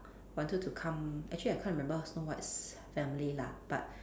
wanted to come actually I can't remember snow white's family lah but